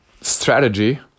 strategy